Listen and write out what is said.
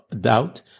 doubt